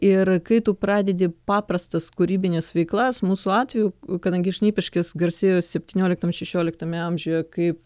ir kai tu pradedi paprastas kūrybines veiklas mūsų atveju kadangi šnipiškės garsėjo septynioliktam šešioliktame amžiuje kaip